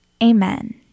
Amen